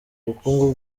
bukungu